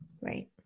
Right